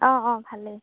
অঁ অঁ ভালেই